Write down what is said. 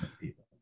people